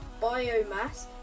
biomass